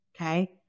okay